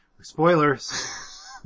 Spoilers